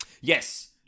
Yes